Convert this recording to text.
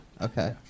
Okay